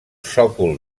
sòcol